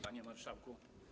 Panie Marszałku!